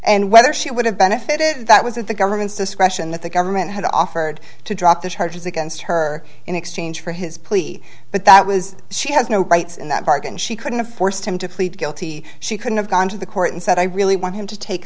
and whether she would have benefited that was if the government's discretion that the government had offered to drop the charges against her in exchange for his plea but that was she has no rights in that bargain she couldn't a forced him to plead guilty she couldn't have gone to the court and said i really want him to take